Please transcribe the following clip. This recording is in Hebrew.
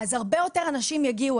אז הרבה יותר אנשים יגיעו.